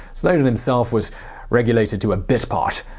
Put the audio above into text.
snowden himself was regulated to a bit part.